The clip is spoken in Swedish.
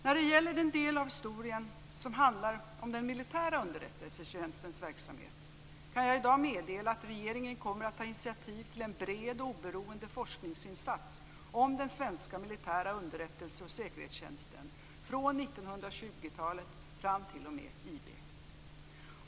När det gäller den del av historien som handlar om den militära underrättelsetjänstens verksamhet kan jag i dag meddela att regeringen kommer att ta initiativ till en bred och oberoende forskningsinsats om den svenska militära underrättelse och säkerhetstjänsten från 1920-talet fram t.o.m. IB.